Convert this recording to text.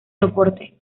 soporte